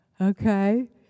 Okay